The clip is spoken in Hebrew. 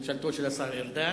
ממשלתו של השר ארדן,